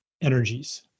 energies